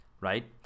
right